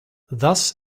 thus